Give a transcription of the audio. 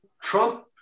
Trump